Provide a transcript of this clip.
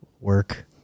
work